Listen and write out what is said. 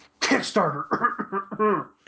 Kickstarter